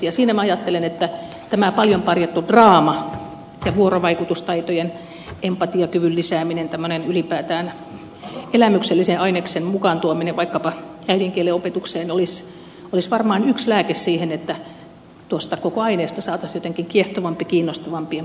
siinä minä ajattelen että tämän paljon parjatun draaman ja vuorovaikutustaitojen empatiakyvyn lisääminen ylipäätään elämyksellisen aineksen mukaan tuominen vaikkapa äidinkielen opetukseen olisi varmaan yksi lääke siihen että tuosta koko aineesta saataisiin jotenkin kiehtovampi kiinnostavampi ja myös poikia kiinnostava